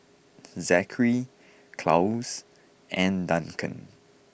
Zakary Claus and Duncan